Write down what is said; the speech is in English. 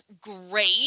great